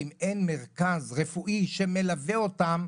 אם אין מרכז רפואי שמלווה אותן,